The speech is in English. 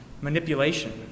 manipulation